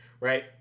right